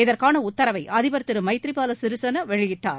இதற்கான உத்தரவை அதிபர் திரு மைத்ரிபால சிறிசேனா வெளியிட்டுள்ளார்